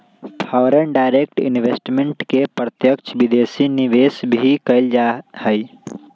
foreign direct investment के प्रत्यक्ष विदेशी निवेश भी कहल जा हई